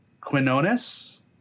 Quinones